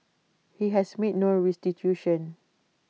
he has made no restitution